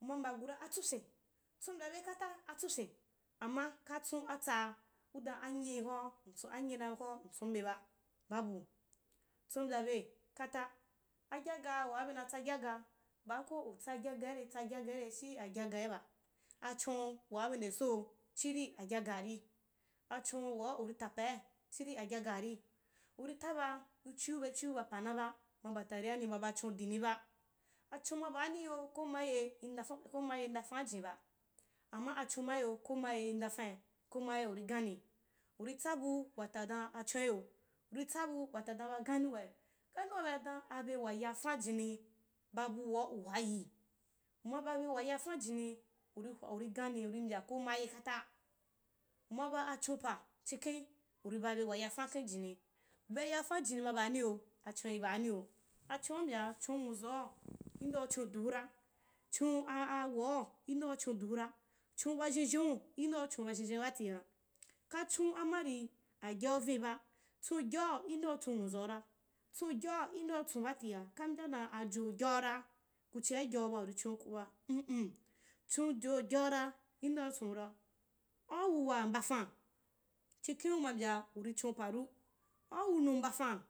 Um amba gura atsupyim tsun mbyabe kata atsupyin amma katsun atsaa udan anyi hoa-anayina hoa mtsube ba, babu tsun mbya be kata agyaga maa bena tsa gyagga baako utsa agyagare tsa gya gaire chii agyagaiba, achon waa be nde so chiri agyagaar achon waa uri tapai chiri agyagaari, taba chiu bechu bap ana bam aba tare nima bachon udi i ba achon ma baani iyo koma ye indafan-ko mye indakan’ajiuba amma achon maiyo komaye indepani komaye uri gani, uri tsabu wata dan achon iyo. uri tsabu wata dan ba genwaiyo. ganewa bena dan abewa yafanjin babu waa u hwayi. uma babe wa yafanjini uri gani rui mbya komaye kata um aba achon up a chiken uri baa be wa yafankhe jinni be yapajini ma baani khiya acho ibaani khiniyo, achona u mbya chon nwuzau khendea uchon diura chon aa wau khendea uchon wau khendea uchon diura chon bazuzhenzhen batia, ka hon kachon maari gyau viniba, chon gyau indea uchon nwuzaura ba chon gyau indea uchon nwuzaura chonugyau inse uchon batia ba mbya dan ajogyau ra kuchia gyauba uri chonaukuba, mm chon jo gyuara indea uchonura au wuwa mba fan, chikhen ru, au wunu mbadan